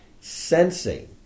sensing